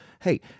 Hey